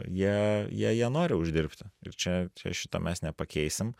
jie jie jie nori uždirbti ir čia čia šito mes nepakeisim